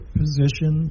position